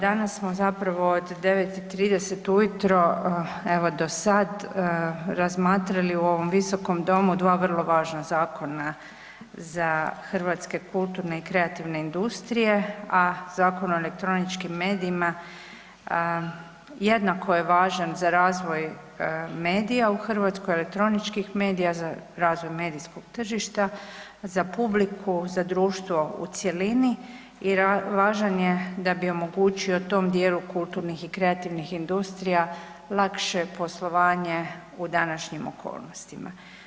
Danas smo zapravo od 9 i 30 ujutro evo do sad razmatrali u ovom visokom domu dva vrlo važna zakona za hrvatske kulturne i kreativne industrije, a Zakon o elektroničkim medijima jednako je važan za razvoj medija u Hrvatskoj, elektroničkih medija, za razvoj medijskog tržišta, za publiku, za društvo u cjelini i važan je da bi omogućio tom dijelu kulturnih i kreativnih industrija lakše poslovanje u današnjim okolnostima.